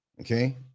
Okay